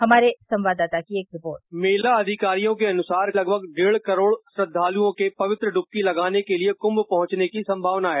हमारे संवाददाता की एक रिपोर्ट मेला अधिकारियों के अन्सार लगभग डेढ़ करोड़ श्रद्दालओ के पवित्र इबकी लगाने के लिए कम्म पहँचने की उम्मीद है